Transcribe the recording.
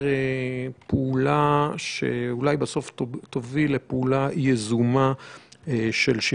בסוף להוביל לפעולה יזומה של שחרור.